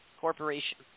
corporation